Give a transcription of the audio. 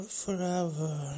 forever